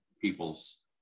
peoples